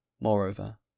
Moreover